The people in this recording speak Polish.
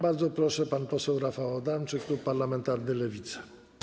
Bardzo proszę, pan poseł Rafał Adamczyk, klub parlamentarny Lewica.